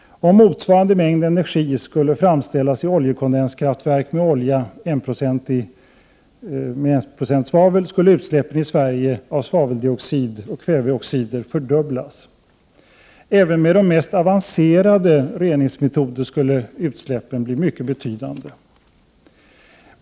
Om motsvarande mängd energi skulle framställas i olje kondenskraftverk med olja som innehöll 1 96 svavel, skulle utsläppen i Sverige av svaveldioxid och kväveoxider fördubblas. Även med de mest avancerade reningsmetoder skulle utsläppen bli mycket betydande.